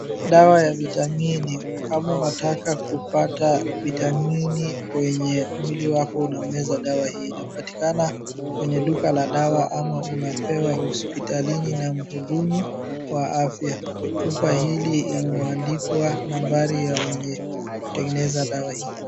Dawa ya vitamini kama unataka kupata vitamini kwenye mwili wako unameza dawa hii, inapatikana kwenye duka la dawa ama unapewa hospitalini na mhudumu wa afya, chupa hili limeandikwa nambari ya wenye kutengeneza dawa hii.